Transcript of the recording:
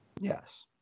Yes